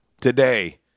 today